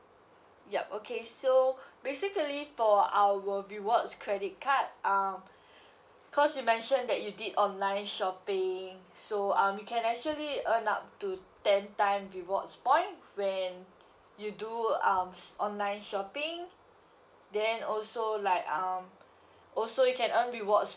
yup okay so basically for our rewards credit card um cause you mentioned that you did online shopping so um you can actually earn up to ten time rewards point when you do um s~ online shopping then also like um also you can earn rewards